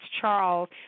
Charles